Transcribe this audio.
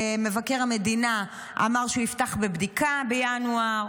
מבקר המדינה אמר שהוא יפתח בבדיקה בינואר,